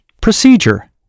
Procedure